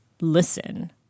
listen